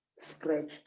scratched